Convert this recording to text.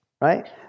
right